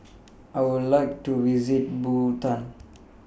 I Would like to visit Bhutan